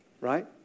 right